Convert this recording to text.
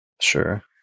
Sure